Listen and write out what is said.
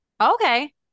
Okay